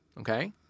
Okay